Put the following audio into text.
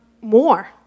more